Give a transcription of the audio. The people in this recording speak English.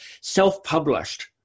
self-published